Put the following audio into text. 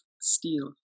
steel